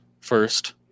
first